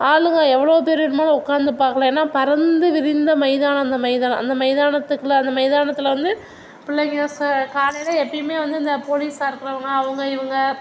ஆளுங்கள் எவ்வளோ பேர் வேணும்னாலும் உட்காந்து பார்க்கலாம் ஏன்னால் பறந்து விரிந்த மைதானம் அந்த மைதானம் அந்த மைதனத்துக்குல மைதானத்தில் வந்து பிள்ளைங்க ச காலையில் எப்பேயுமே வந்து இந்த போலீசாக இருக்கிறவங்க அவங்க இவங்க